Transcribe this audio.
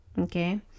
Okay